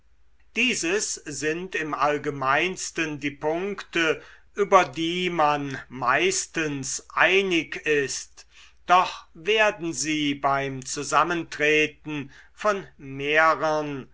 dieses sind im allgemeinsten die punkte über die man meistens einig ist doch werden sie beim zusammentreten von mehrern